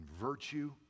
virtue